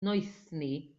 noethni